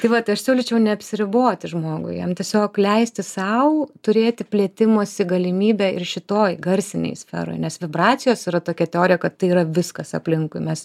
tai va tai aš siūlyčiau neapsiriboti žmogui jam tiesiog leisti sau turėti plėtimosi galimybę ir šitoj garsinėj sferoj nes vibracijos yra tokia teorija kad tai yra viskas aplinkui mes